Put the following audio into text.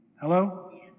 Hello